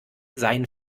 sein